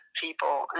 people